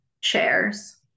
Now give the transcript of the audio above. Chairs